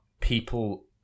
people